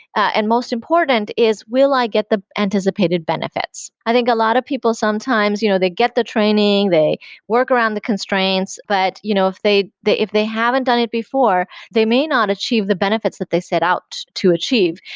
and most important, is will i get the anticipated benefits? i think a lot of people, sometimes, you know they get the training, they work around the constraints, but you know if they they haven't done it before, they may not achieve the benefits that they set out to achieve.